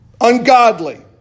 ungodly